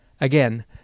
Again